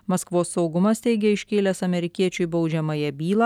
maskvos saugumas teigė iškėlęs amerikiečiui baudžiamąją bylą